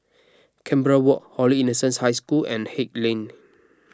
Canberra Walk Holy Innocents' High School and Haig Lane